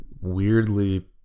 weirdly